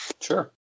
Sure